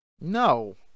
No